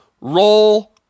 roll